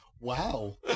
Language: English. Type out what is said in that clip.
wow